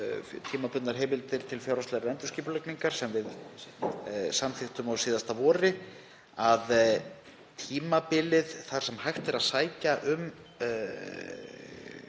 tímabundnar heimildir til fjárhagslegrar endurskipulagningar sem við samþykktum á síðasta vori, að tímabilið þar sem hægt er að sækja um